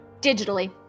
Digitally